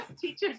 teachers